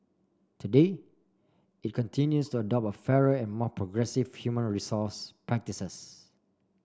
today it continues to adopt fairer and more progressive human resource practices